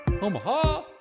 Omaha